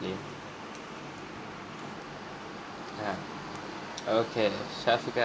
plane ya okay shafiqah